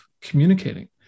communicating